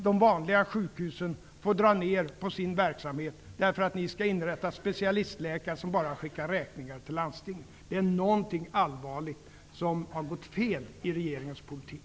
De vanliga sjukhusen får dra ner på sin verksamhet därför att specialistläkare kan skicka räkningar till landstingen. Det är någonting som allvarligt har gått fel i regeringens politik.